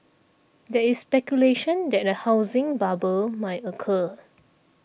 there is speculation that a housing bubble may occur